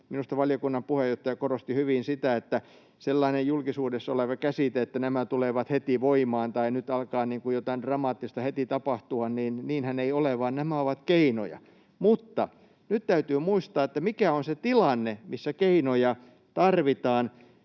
Minusta valiokunnan puheenjohtaja korosti hyvin sitä, että kun on sellainen julkisuudessa oleva käsitys, että nämä tulevat heti voimaan tai nyt alkaa jotain dramaattisesti heti tapahtua, niin niinhän ei ole, vaan nämä ovat keinoja. Mutta nyt täytyy muistaa, mikä on se tilanne, missä keinoja tarvitaan.